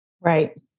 Right